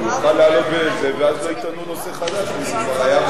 עוד מעט השבת נכנסת, אדוני.